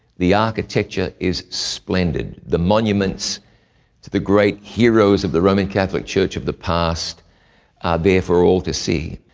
the architecture is splendid. the monuments to the great heroes of the roman catholic church of the past are there for all to see.